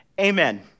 amen